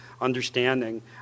understanding